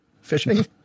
fishing